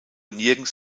nirgends